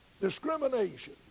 Discrimination